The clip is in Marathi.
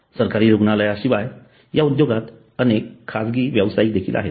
सरकारी रुग्णालयां शिवाय या उद्योगात अनेक खासगी व्यवसायिक देखील आहेत